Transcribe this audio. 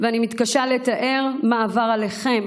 ואני מתקשה לתאר מה עבר עליכם,